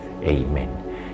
amen